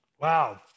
Wow